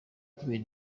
kubera